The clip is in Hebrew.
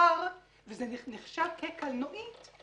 מאחר שזה נחשב כקלנועית,